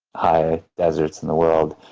high deserts in the world.